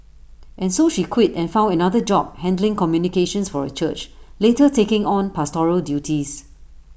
and so she quit and found another job handling communications for A church later taking on pastoral duties